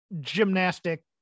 gymnastic